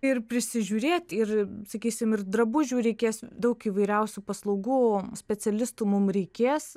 ir prisižiūrėt ir sakysim ir drabužių reikės daug įvairiausių paslaugų specialistų mum reikės